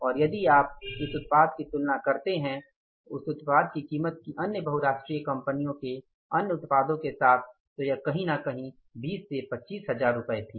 और यदि आप उस उत्पाद की तुलना करते हैं उस उत्पाद की कीमत की अन्य बहुराष्ट्रीय कंपनियों के अन्य उत्पादों के साथ तो वह कही ना कही 20 25000 रुपए थी